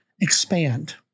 expand